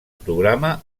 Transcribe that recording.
programa